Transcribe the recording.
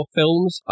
films